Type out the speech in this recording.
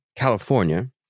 California